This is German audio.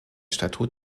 statut